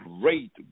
great